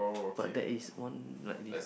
but that is one like this